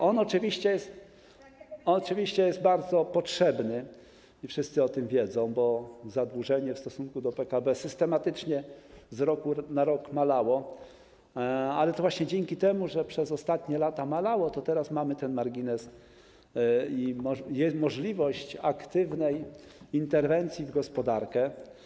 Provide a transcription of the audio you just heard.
Oczywiście on jest bardzo potrzebny i wszyscy o tym wiedzą, bo zadłużenie w stosunku do PKB systematycznie, z roku na rok, malało, ale to właśnie dzięki temu, że przez ostatnie lata malało, teraz ten margines mamy i jest możliwość aktywnej interwencji w gospodarkę.